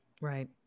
right